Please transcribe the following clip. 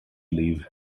leave